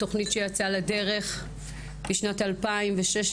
תוכנית שיצאה לדרך בשנת 2016,